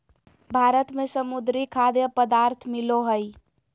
भारत में समुद्री खाद्य पदार्थ मिलो हइ